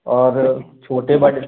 और छोटे बड़े